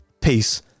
Peace